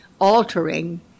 altering